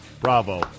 Bravo